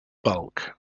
bulk